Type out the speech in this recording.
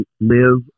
live